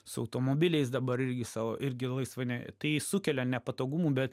su automobiliais dabar irgi savo irgi laisvai ne tai sukelia nepatogumų bet